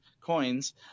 coins